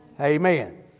Amen